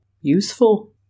useful